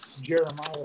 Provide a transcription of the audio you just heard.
Jeremiah